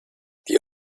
die